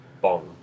bong